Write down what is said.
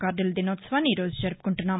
కార్దుల దినోత్సవాన్ని ఈ రోజు జరుపుకుంటున్నాం